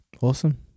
Awesome